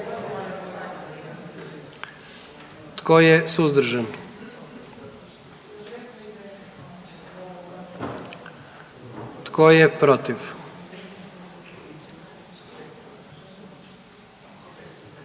Tko je suzdržan? I tko je protiv?